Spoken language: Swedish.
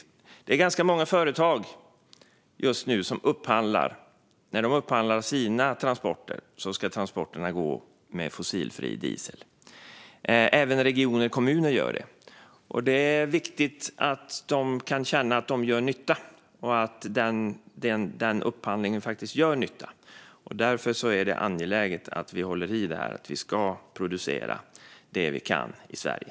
Det är just nu ganska många företag som upphandlar sina transporter, och i upphandlingen finns med att de vill att transporterna går med fossilfri diesel. Även regioner och kommuner gör detta, och det är viktigt att de kan känna att de gör nytta - att upphandlingen faktiskt gör nytta. Därför är det angeläget att vi håller i detta att vi ska producera det vi kan i Sverige.